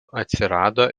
atsirado